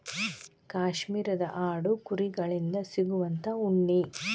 ಕಾಶ್ಮೇರದ ಆಡು ಕುರಿ ಗಳಿಂದ ಸಿಗುವಂತಾ ಉಣ್ಣಿ